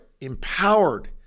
empowered